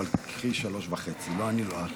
אבל קחי שלוש וחצי, לא אני ולא את.